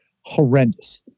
horrendous